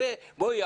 הרי בואי,